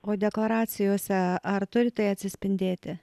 o dekoracijose ar turi tai atsispindėti